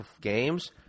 games